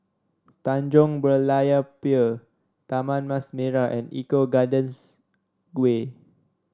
Tanjong Berlayer Pier Taman Mas Merah and Eco Gardens Way